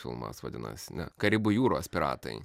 filmas vadinasi ne karibų jūros piratai